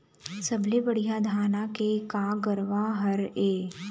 सबले बढ़िया धाना के का गरवा हर ये?